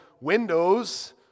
windows